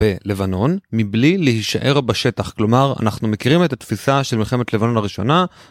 בלבנון, מבלי להישאר בשטח. כלומר, אנחנו מכירים את התפיסה של מלחמת לבנון הראשונה.